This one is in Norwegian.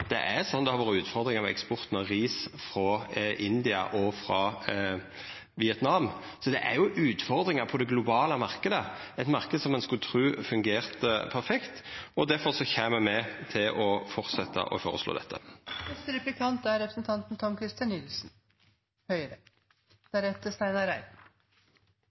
Det har vore utfordringar med eksporten av ris frå India og Vietnam. Så det er utfordringar på den globale marknaden, som ein skulle tru fungerte perfekt. Difor kjem me til å fortsetja å føreslå dette.